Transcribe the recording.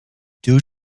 due